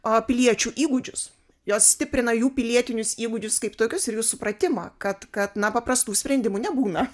a piliečių įgūdžius jos stiprina jų pilietinius įgūdžius kaip tokius ir jų supratimą kad kad na paprastų sprendimų nebūna